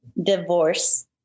divorce